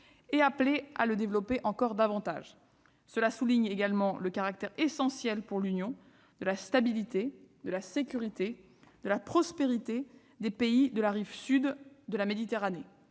en appelant à le développer davantage. Il a également souligné le caractère essentiel pour l'Union de la stabilité, de la sécurité et de la prospérité des pays de la rive sud de la Méditerranée.